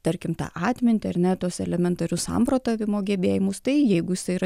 tarkim tą atmintį ar ne tuos elementarius samprotavimo gebėjimus tai jeigu jisai yra